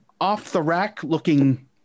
off-the-rack-looking